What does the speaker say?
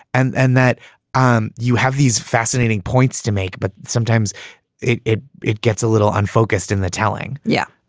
and and that um you have these fascinating points to make. but sometimes it it it gets a little unfocused in the telling. yeah.